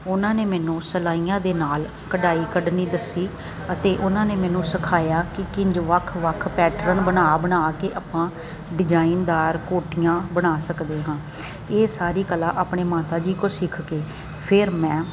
ਉਹਨਾਂ ਨੇ ਮੈਨੂੰ ਸਿਲਾਈਆਂ ਦੇ ਨਾਲ ਕਢਾਈ ਕੱਢਣੀ ਦੱਸੀ ਅਤੇ ਉਹਨਾਂ ਨੇ ਮੈਨੂੰ ਸਿਖਾਇਆ ਕਿ ਕਿੰਝ ਵੱਖ ਵੱਖ ਪੈਟਰਨ ਬਣਾ ਬਣਾ ਕੇ ਆਪਾਂ ਡਿਜ਼ਾਈਨਦਾਰ ਕੋਟੀਆਂ ਬਣਾ ਸਕਦੇ ਹਾਂ ਇਹ ਸਾਰੀ ਕਲਾ ਆਪਣੇ ਮਾਤਾ ਜੀ ਕੋਲੋਂ ਸਿੱਖ ਕੇ ਫਿਰ ਮੈਂ